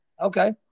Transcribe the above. Okay